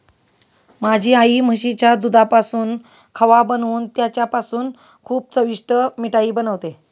माझी आई म्हशीच्या दुधापासून खवा बनवून त्याच्यापासून खूप चविष्ट मिठाई बनवते